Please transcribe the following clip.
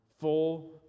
full